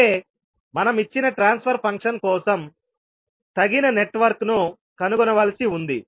అంటే మనం ఇచ్చిన ట్రాన్స్ఫర్ ఫంక్షన్ కోసం తగిన నెట్వర్క్ను కనుగొనవలసి ఉంది